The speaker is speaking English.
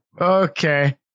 Okay